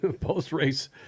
post-race